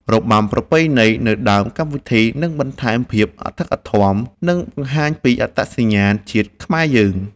របាំប្រពៃណីនៅដើមកម្មវិធីនឹងបន្ថែមភាពអធិកអធម និង បង្ហាញពីអត្តសញ្ញាណជាតិខ្មែរយើង។